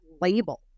label